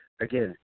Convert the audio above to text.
Again